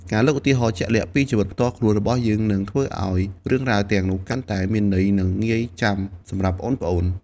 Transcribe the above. ការលើកឧទាហរណ៍ជាក់លាក់ពីជីវិតផ្ទាល់ខ្លួនរបស់យើង នឹងធ្វើឱ្យរឿងរ៉ាវទាំងនោះកាន់តែមានន័យ និងងាយចាំសម្រាប់ប្អូនៗ។